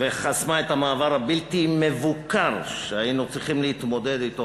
וחסמה את המעבר הבלתי-מבוקר שהיינו צריכים להתמודד אתו,